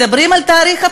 מדברים על תאריך הבחירות,